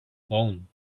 phone